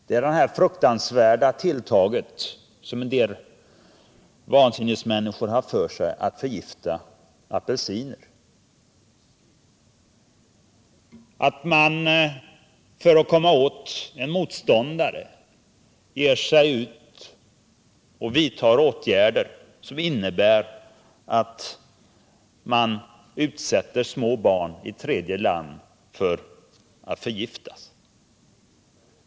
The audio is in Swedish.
Det är det fruktansvärda tilltaget — som en del vansinnesmänniskor gör sig skyldiga till — att förgifta apelsiner, dvs. att för att komma åt en motståndare göra sådana saker att man utsätter små barn i tredje land för risken att förgiftas.